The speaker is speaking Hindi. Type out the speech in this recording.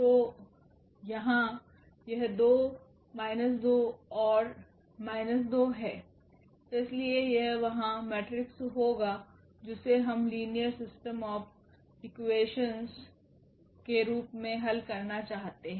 तो यहां यह 2 माइनस 2 और माइनस 2 है इसलिए यह वहां मेट्रिक्स होगा जिसे हम लीनियर सिस्टम ऑफ़ इक्वेशंस के रूप में हल करना चाहते हैं